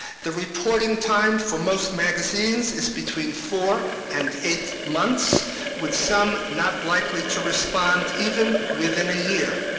the reporting time for most magazines is between four and eight months with some not likely to respond even within a year.